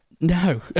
No